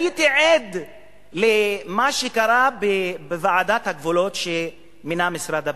הייתי עד למה שקרה בוועדת הגבולות שמינה משרד הפנים,